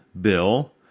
bill